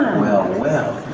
well, well.